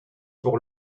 pour